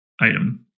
item